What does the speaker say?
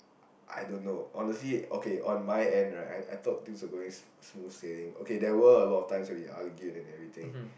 I don't know honestly okay on my end right I thought things were going smooth sailing okay there were a lot of times that we argue and everything